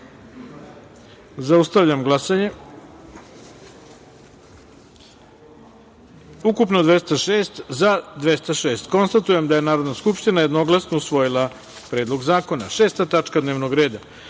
taster. Zaustavljam glasanje: ukupno 206, za – 206.Konstatujem da je Narodna skupština jednoglasno usvojila Predlog zakona. Šesta tačka dnevnog